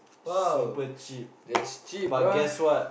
!wow! that's cheap bro